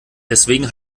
deswegen